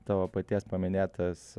tavo paties paminėtas